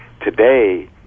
Today